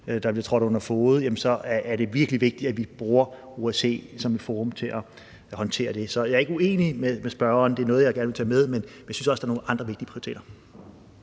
der bliver trådt under fode, er virkelig vigtigt, at vi bruger OSCE som et forum til at håndtere det. Så jeg er ikke uenig med spørgeren. Det er noget, jeg gerne vil tage med, men jeg synes også, der er nogle andre vigtige prioriteter.